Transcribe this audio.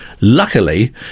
luckily